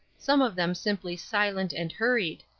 some of them simply silent and hurried,